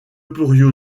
pourrions